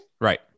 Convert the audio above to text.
Right